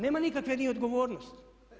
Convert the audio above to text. Nema nikakve ni odgovornosti.